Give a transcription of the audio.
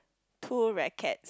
two rackets